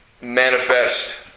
manifest